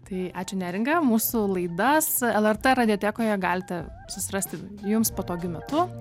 tai ačiū neringa mūsų laidas lrt radiotekoje galite susirasti jums patogiu metu